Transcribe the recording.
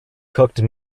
cooked